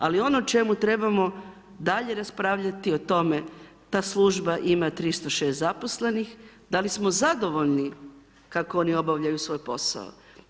Ali ono čemu trebamo dalje raspravljati o tome, ta služba ima 306 zaposlenih, da li smo zadovoljni kako oni obavljaju svoj posao?